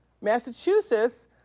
Massachusetts